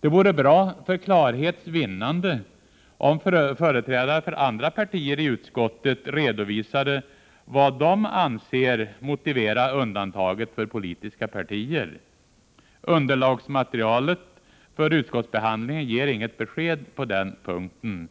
Det vore bra för klarhets vinnande om företrädare för andra partier i utskottet redovisade vad de anser motivera undantaget för politiska partier. Underlagsmaterialet för utskottsbehandlingen ger inget besked på den punkten.